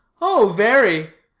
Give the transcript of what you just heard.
oh, very!